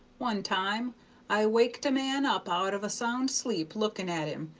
one time i waked a man up out of a sound sleep looking at him,